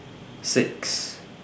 six